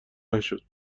نشد